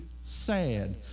sad